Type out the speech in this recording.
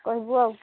କହିବୁ ଆଉ